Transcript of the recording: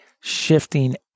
shifting